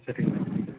சரிங்க